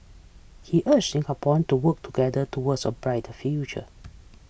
he urged Singaporean to work together towards a brighter future